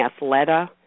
Athleta